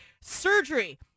surgery